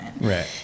Right